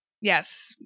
Yes